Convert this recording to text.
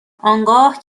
آنگاه